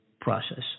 process